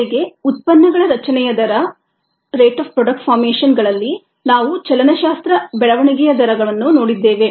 ಮೊದಲಿಗೆ ಉತ್ಪನ್ನಗಳ ರಚನೆಯ ದರ ಗಳಲ್ಲಿ ನಾವು ಚಲನಶಾಸ್ತ್ರ ಬೆಳವಣಿಗೆಯ ದರಗಳನ್ನು ನೋಡಿದ್ದೇವೆ